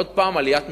עוד פעם עליית מחירים.